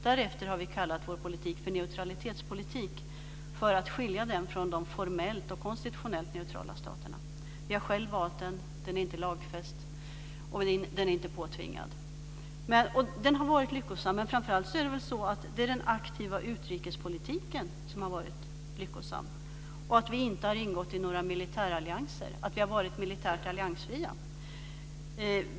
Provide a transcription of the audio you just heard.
Därefter har vi kallat vår politik för neutralitetspolitik; detta för att skilja den från de formellt och konstitutionellt neutrala staterna. Vi har själva valt den. Den är inte lagfäst och den är inte påtvingad. Dessutom har den varit lyckosam men framför allt är det väl så att det är den aktiva utrikespolitiken som har varit lyckosam liksom att vi inte har ingått i några militärallianser och att vi har varit militärt alliansfria.